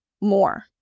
more